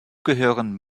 gehören